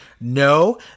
no